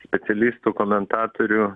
specialistų komentatorių